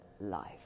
life